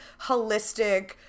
holistic